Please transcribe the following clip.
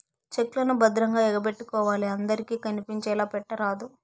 check లను భద్రంగా ఎగపెట్టుకోవాలి అందరికి కనిపించేలా పెట్టరాదు